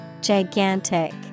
Gigantic